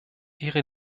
ihre